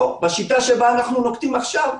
או בשיטה שבה אנחנו נוקטים עכשיו: